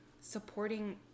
supporting